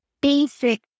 basic